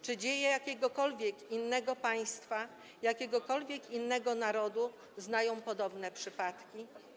Czy dzieje jakiegokolwiek innego państwa, jakiegokolwiek innego narodu znają podobne przypadki?